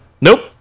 Nope